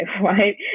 right